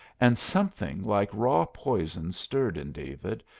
and something like raw poison stirred in david,